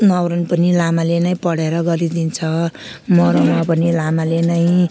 न्वारन पनि लामाले नै पढेर गरिदिन्छ मरौमा पनि लामाले नै